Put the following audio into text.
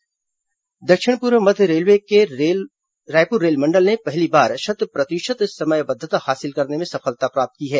railway समयबद्धता दक्षिण पूर्व मध्य रेलवे के रायपुर रेल मंडल ने पहली बार शत प्रतिशत समयबद्वता हासिल करने में सफलता प्राप्त की है